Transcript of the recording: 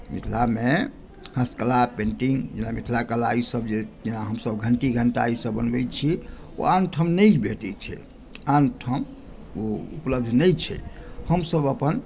मिथिलामे हस्तकला पेंटिंग या मिथिला कला ईसभ जे जेना हमसभ घण्टी घण्टा ईसभ बनबैत छी ओ आनठाम नहि भेटैत छै आनठाम ओ उपलब्ध नहि छै हमसभ अपन